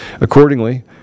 Accordingly